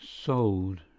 sold